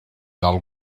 del